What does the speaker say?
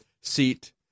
seat